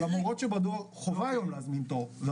למרות שבדואר חובה היום להזמין תור מראש,